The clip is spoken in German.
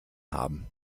haben